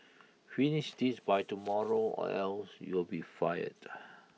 finish this by tomorrow or else you'll be fired